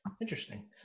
Interesting